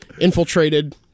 infiltrated